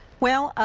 well,